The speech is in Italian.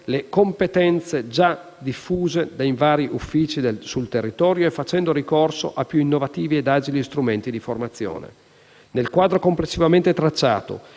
le competenze già diffuse nei vari uffici sul territorio e facendo ricorso a più innovativi e agili strumenti di formazione. Nel quadro complessivamente tracciato